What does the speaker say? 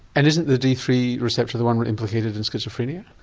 and isn't the d three receptor the one implicated in schizophrenia?